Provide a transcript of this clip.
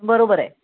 बरोबर आहे